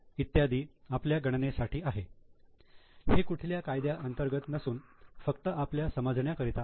इत्यादी आपल्या गणनेसाठी आहे हे कुठल्या कायद्या अंतर्गत नसून फक्त आपल्या समजण्या करिता आहे